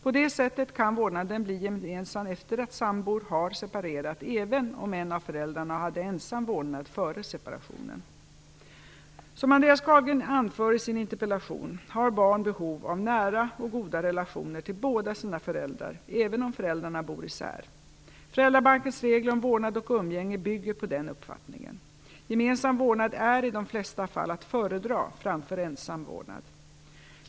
På det sättet kan vårdnaden bli gemensam efter att sambor har separerat, även om en av föräldrarna hade ensam vårdnad före separationen. Som Andreas Carlgren anför i sin interpellation har barn behov av nära och goda relationer till båda sina föräldrar även om föräldrarna bor isär. Föräldrabalkens regler om vårdnad och umgänge bygger på den uppfattningen. Gemensam vårdnad är i de flesta fall att föredra framför ensam vårdnad.